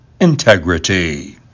integrity